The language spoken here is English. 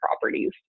properties